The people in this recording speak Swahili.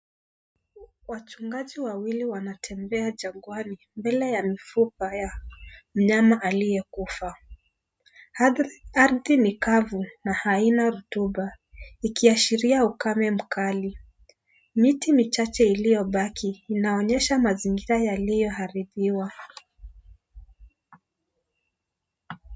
Wachungaji wawili wanatembea jangwani mbele ya mifupa ya mnyama aliyekufa. Ardhi ni kavu na haina rutuba, ikiashiria ukame mkali. Miti michache iliyobaki inaonyesha mazingira yaliyoharibiwa.